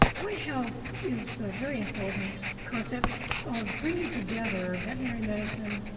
one health is a very important concept of bringing together veterinary medicine,